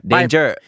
Danger